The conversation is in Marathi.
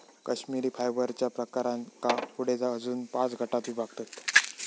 कश्मिरी फायबरच्या प्रकारांका पुढे अजून पाच गटांत विभागतत